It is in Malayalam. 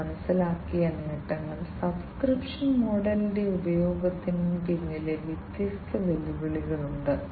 വ്യവസായത്തിൽ ആക്ച്വേഷൻ വളരെ പ്രധാനമാണ് ആക്ച്വേഷൻ പ്ലാറ്റ്ഫോമുകൾ നൽകുന്നതിന് PLC യുടെ ഉപയോഗം വളരെ പ്രധാനമാണ്